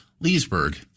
Leesburg